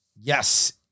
yes